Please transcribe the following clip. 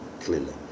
clearly